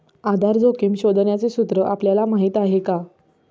आधार जोखिम शोधण्याचे सूत्र आपल्याला माहीत आहे का?